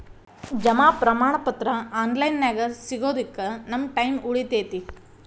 ಜಮಾ ಪ್ರಮಾಣ ಪತ್ರ ಆನ್ ಲೈನ್ ನ್ಯಾಗ ಸಿಗೊದಕ್ಕ ನಮ್ಮ ಟೈಮ್ ಉಳಿತೆತಿ